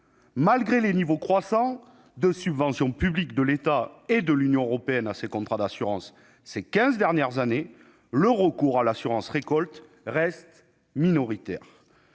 Malgré les niveaux croissants de subvention publique de l'État et de l'Union européenne ces quinze dernières années, le recours à l'assurance récolte reste minoritaire